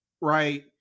right